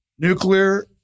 Nuclear